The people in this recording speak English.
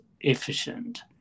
efficient